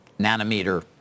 nanometer